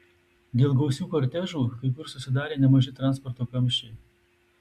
dėl gausių kortežų kai kur susidarė nemaži transporto kamščiai